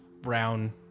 brown